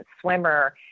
swimmer